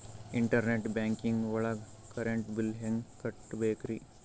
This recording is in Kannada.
ಇಂಟರ್ನೆಟ್ ಬ್ಯಾಂಕಿಂಗ್ ಒಳಗ್ ಕರೆಂಟ್ ಬಿಲ್ ಹೆಂಗ್ ಕಟ್ಟ್ ಬೇಕ್ರಿ?